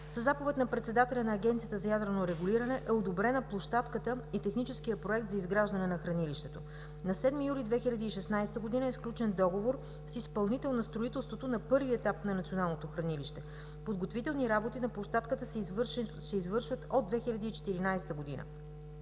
Със заповед на Председателя на Агенцията за ядрено регулиране е одобрена площадката и техническият проект за изграждане на хранилището. На 7 юли 2016 г., е сключен договор с изпълнител на строителството на първия етап на Националното хранилище. Подготвителни работи на площадката се извършват от 2014 г.